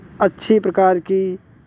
अच्छी प्रकार की